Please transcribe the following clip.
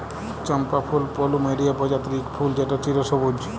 চম্পা ফুল পলুমেরিয়া প্রজাতির ইক ফুল যেট চিরসবুজ